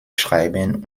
schreiben